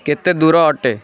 କେତେ ଦୂର ଅଟେ